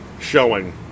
showing